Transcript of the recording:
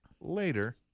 later